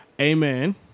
Amen